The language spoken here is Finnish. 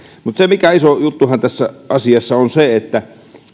se mikä iso juttu tässä asiassa on on se että